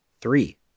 Three